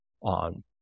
on